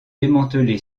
démantelé